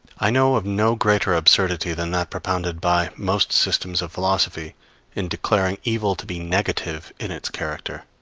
i know of no greater absurdity than that propounded by most systems of philosophy in declaring evil to be negative in its character.